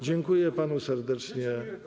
Dziękuję panu serdecznie.